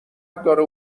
داره